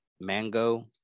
Mango